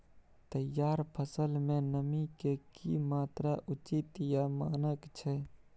तैयार फसल में नमी के की मात्रा उचित या मानक छै?